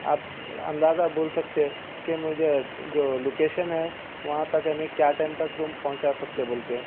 آپ اندازہ بول سکتے کہ مجھے جو لوکیشن ہے وہاں تک یعنی کیا ٹائم تک پہونچا سکتے بول کے